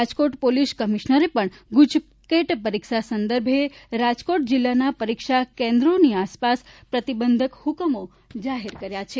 Rajkot police કમિશનરે પણ ગુટકેટ પરીક્ષા સંદર્ભે રાજકોટ જિલ્લાના પરીક્ષા કેન્દ્રો આસપાસ પ્રતિબંધક હુકમો જારેર કર્યા છે